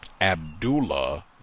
Abdullah